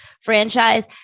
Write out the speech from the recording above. franchise